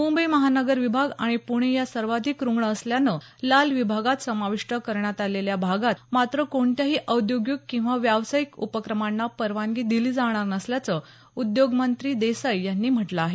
मुंबई महानगर विभाग आणि पुणे या सर्वाधिक रुग्ण असल्यानं लाल विभागात समावीष्ट करण्यात आलेल्या भागात मात्र कोणत्याही औद्योगिक किंवा व्यावसायिक उपक्रमांना परवानगी दिली जाणार नसल्याचं उद्योग मंत्री देसाई यांनी म्हटलं आहे